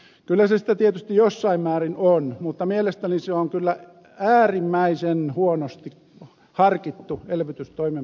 kyllä se sitä tietysti jossain määrin on mutta mielestäni se on kyllä äärimmäisen huonosti harkittu elvytystoimenpide